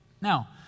Now